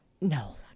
No